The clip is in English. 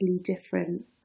different